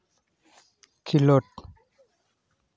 ᱠᱷᱮᱞᱳᱰ